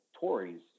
Tories